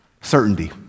Certainty